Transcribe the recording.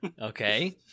Okay